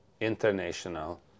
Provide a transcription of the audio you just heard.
international